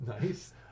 NICE